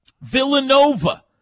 Villanova